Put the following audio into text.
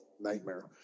nightmare